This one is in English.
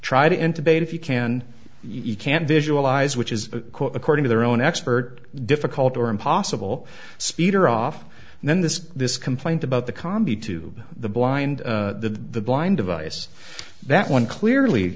try to entertain if you can you can't visualize which is according to their own expert difficult or impossible speeder off and then this this complaint about the combi to the blind the blind device that one clearly